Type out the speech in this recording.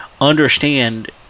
understand